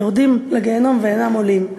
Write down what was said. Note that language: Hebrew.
יורדים לגיהינום ואינם עולים,